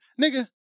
Nigga